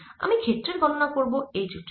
আমি ক্ষেত্রের গণনা করব h উচ্চতায়